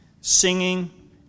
singing